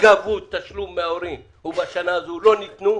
גבו תשלום מההורים והם לא ניתנו בשנה הזו,